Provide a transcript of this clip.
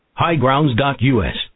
Highgrounds.us